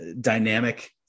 Dynamic